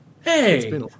Hey